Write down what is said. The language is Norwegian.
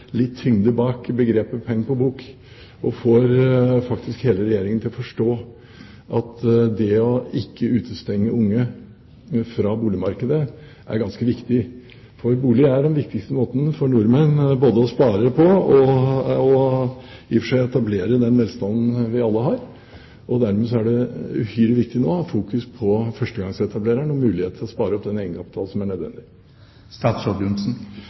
litt tyngde bak begrepet «peng på bok», og får hele Regjeringen til å forstå at det å ikke utestenge unge fra boligmarkedet er ganske viktig. Å investere i bolig er den viktigste måten for nordmenn å spare på – og i og for seg viktig for etablering av den velstanden vi alle har. Dermed er det nå uhyre viktig å ha fokus på førstegangsetablerernes mulighet til å spare opp den egenkapital som er